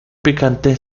picante